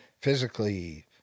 physically